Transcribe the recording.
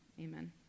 amen